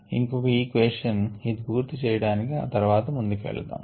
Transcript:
ఇంకొక ఈక్వేషన్ ఇది పూర్తీ చేయడానికి ఆ తర్వాత ముందుకు వెళదాము